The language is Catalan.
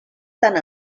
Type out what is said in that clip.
tant